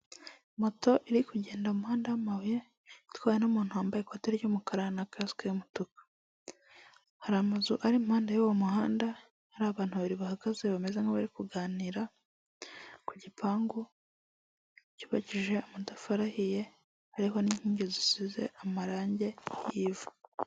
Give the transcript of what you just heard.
Akabutike gahagarariye emutiyeni Rwanda gacuruza amayinite amakarita amasimukadi gashobora no kugufasha kuri serivisi z'indi wawukenera kuri emutiyeni mobayire mani iyi nikiyoswe ushobora gusangamo serivisi za emutiyeni muga mobayire mani.